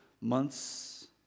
months